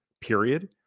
Period